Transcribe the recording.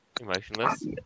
emotionless